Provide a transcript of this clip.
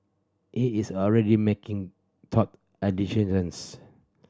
he is already making and decisions